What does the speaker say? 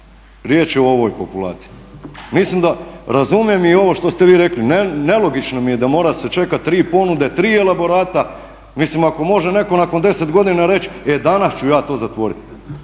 riječ je o ovoj populaciji. Mislim da razumijem i ovo što ste vi rekli, nelogično mi je da mora se čekati 3 ponude, 3 elaborata, mislim ako može netko nakon 10 godina reći e danas ću ja to zatvoriti